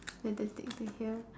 fantastic to hear